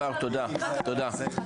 אוקיי תודה, תודה.